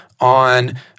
on